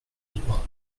libre